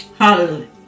Hallelujah